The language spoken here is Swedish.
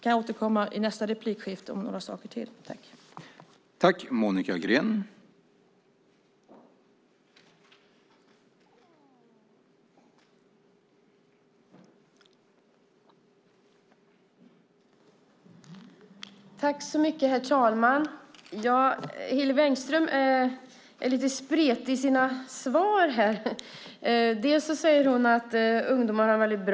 Jag återkommer till fler åtgärder i nästa inlägg.